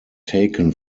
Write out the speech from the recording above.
taken